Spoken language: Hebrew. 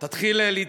חייל של עבאס,